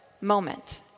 moment